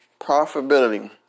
Profitability